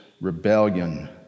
rebellion